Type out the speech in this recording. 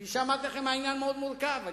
כפי שאמרתי לכם, העניין מורכב מאוד.